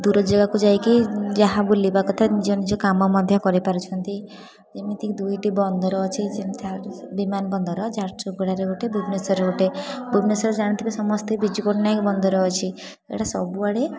ଦୂର ଯେଗାକୁ ଯାଇକି ଯାହା ବୁଲିବା କଥା ନିଜ ନିଜ କାମ ମଧ୍ୟ କରିପାରୁଛନ୍ତି ଯେମିତି କି ଦୁଇଟି ବନ୍ଦର ଅଛି ବିମାନ ବନ୍ଦର ଝାରସୁଗୁଡ଼ାରେ ଗୋଟେ ଭୁବନେଶ୍ୱରରେ ଗୋଟେ ଭୁବନେଶ୍ୱରରେ ଜାଣିଥିବେ ସମସ୍ତେ ବିଜୁ ପଟ୍ଟନାୟକ ବନ୍ଦର ଅଛି ସେଇଟା ସବୁଆଡ଼େ